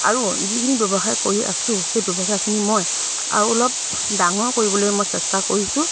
আৰু যিখিনি ব্যৱসায় কৰি আছোঁ সেই ব্যৱসায়খিনি মই আৰু অলপ ডাঙৰ কৰিবলৈ মই চেষ্টা কৰিছোঁ